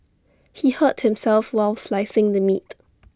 he hurt himself while slicing the meat